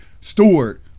Stewart